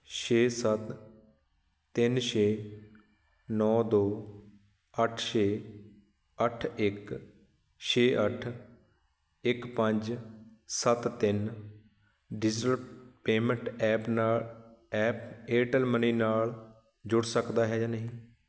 ਛੇ ਸੱਤ ਤਿੰਨ ਛੇ ਨੌ ਦੋ ਅੱਠ ਛੇ ਅੱਠ ਇੱਕ ਛੇ ਅੱਠ ਇੱਕ ਪੰਜ ਸੱਤ ਤਿੰਨ ਡਿਜੀਟਲ ਪੇਮੈਂਟ ਐਪ ਨਾਲ ਐਪ ਏਅਰਟੈੱਲ ਮਨੀ ਨਾਲ ਜੁੜ ਸਕਦਾ ਹੈ ਜਾਂ ਨਹੀਂ